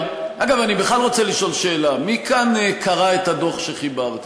אני בכלל רוצה לשאול שאלה: מי כאן קרא את הדוח שחיברתי?